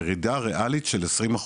ירידה ריאלית של 20%,